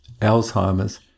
Alzheimer's